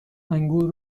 انگور